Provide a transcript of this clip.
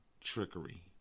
trickery